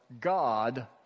God